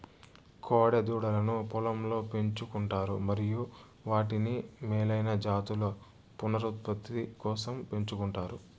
కోడె దూడలను పొలంలో పెంచు కుంటారు మరియు వాటిని మేలైన జాతుల పునరుత్పత్తి కోసం పెంచుకుంటారు